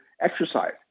exercise